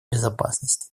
безопасности